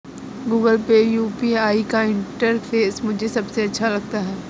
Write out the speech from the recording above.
Google Pay UPI का interface मुझे सबसे अच्छा लगता है